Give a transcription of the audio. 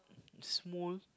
small